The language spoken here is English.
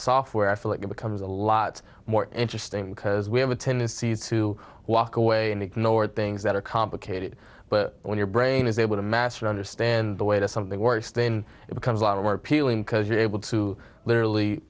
software i feel it becomes a lot more interesting because we have a tendency to walk away and ignore things that are complicated but when your brain is able to master understand the way to something worse then it becomes a lot of work peeling because you're able to literally